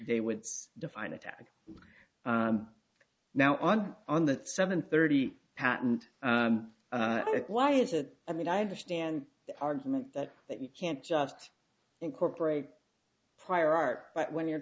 they would define attack now on on the seven thirty patent why is it i mean i understand the argument that that you can't just incorporate prior art but when you're